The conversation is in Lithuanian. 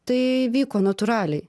tai vyko natūraliai